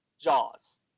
Jaws